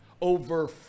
over